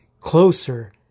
closer